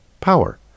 power